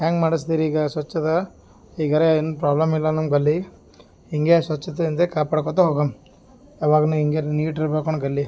ಹೆಂಗೆ ಮಾಡಿಸ್ತೀರಿ ಈಗ ಸ್ವಚ್ಚತೆ ಈಗರೆ ಏನು ಪ್ರಾಬ್ಲಮ್ ಇಲ್ಲ ನಮ್ಮ ಗಲ್ಲಿ ಹಿಂಗೆ ಸ್ವಚ್ಚತೆಯಂದೆ ಕಾಪಾಡ್ಕೋತ ಹೋಗಮ್ ಅವಾಗ್ನೆ ಹಿಂಗೆ ನೀಟ್ ಇರಬೇಕಣ್ ಗಲ್ಲಿ